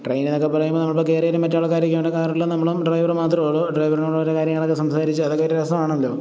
ട്രെയ്നെന്നൊക്കെ പറയുമ്പോള് നമ്മളിപ്പോള് കയറിയാലും മാറ്റാൾക്കാരക്കെയുണ്ട് കാറില് നമ്മളും ഡ്രൈവറും മാത്രമേ ഉള്ളു ഡ്രൈവറിനോടോരോ കാര്യങ്ങളൊക്കെ സംസാരിച്ച് അതൊക്കെ ഒരു രസമാണല്ലോ